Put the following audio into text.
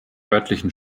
örtlichen